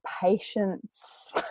patience